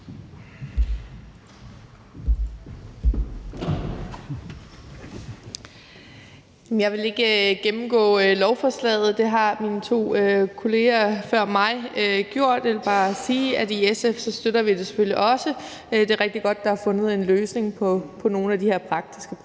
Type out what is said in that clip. Jeg vil ikke gennemgå lovforslaget, for det har mine to kollegaer før mig gjort. Jeg vil bare sige, at i SF støtter vi det selvfølgelig også. Det er rigtig godt, at der er fundet en løsning på nogle af de her praktiske problemer.